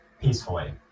peacefully